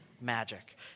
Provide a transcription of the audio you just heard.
magic